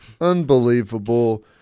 Unbelievable